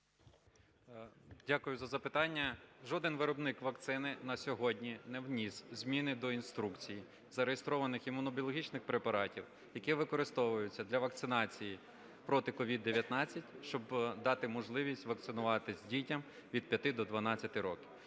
Дякую за запитання. Жоден виробник вакцини на сьогодні не вніс зміни до інструкцій зареєстрованих імунобіологічних препаратів, які використовуються для вакцинації проти COVID-19, щоб дати можливість вакцинуватись дітям від 5 до 12 років.